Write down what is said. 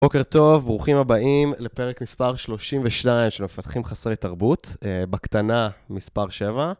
בוקר טוב, ברוכים הבאים לפרק מספר 32 של מפתחים חסרי תרבות, בקטנה, מספר 7.